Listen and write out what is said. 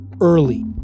early